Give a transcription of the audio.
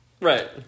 right